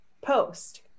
post